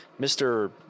Mr